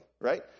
Right